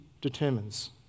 determines